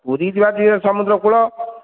ପୁରୀ ଯିବା ଏ ସମୁଦ୍ର କୂଳ